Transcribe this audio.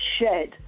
shed